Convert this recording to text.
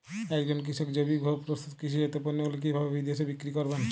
একজন কৃষক জৈবিকভাবে প্রস্তুত কৃষিজাত পণ্যগুলি কিভাবে বিদেশে বিক্রি করবেন?